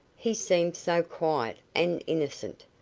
he seemed so quiet and innocent!